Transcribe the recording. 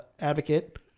advocate